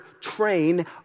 train